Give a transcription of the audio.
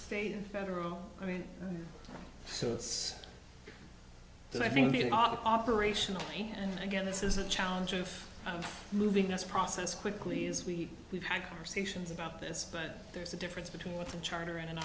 state and federal i mean so it's but i think the operational and again this is a challenge of moving this process quickly as we we've had conversations about this but there's a difference between what the charter and an